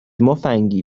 مفنگی